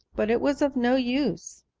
but it was of no use